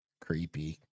Creepy